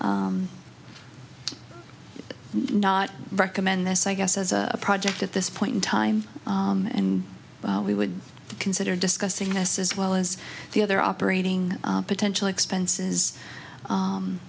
not recommend this i guess as a project at this point in time and we would consider discussing us as well as the other operating potential expenses